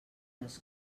les